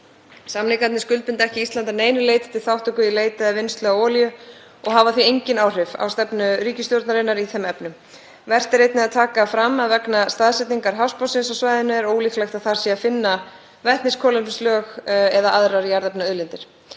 Samningarnir skuldbinda ekki Ísland að neinu leyti til þátttöku í leit eða vinnslu á olíu og hafa því engin áhrif á stefnu ríkisstjórnarinnar í þeim efnum. Vert er einnig að taka fram að vegna staðsetningar hafsbotnsins á svæðinu er ólíklegt að þar sé að finna vetniskolefnislög eða aðrar jarðefnaauðlindir.